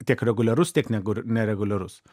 tiek reguliarus tiek negu ir nereguliarus